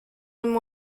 and